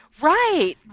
Right